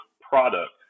product